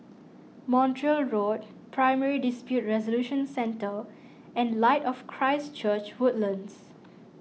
Montreal Road Primary Dispute Resolution Centre and Light of Christ Church Woodlands